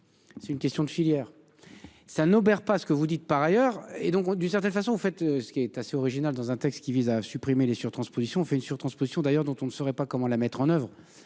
C'est une question de filière. Ça n'obère pas ce que vous dites par ailleurs et donc d'une certaine façon fait ce qui est assez original dans un texte qui vise à supprimer les sur-transpositions fait une surtransposition d'ailleurs dont on ne saurait pas comment la mettre en oeuvre.